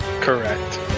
Correct